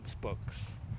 books